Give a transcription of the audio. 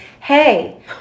hey